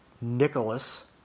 Nicholas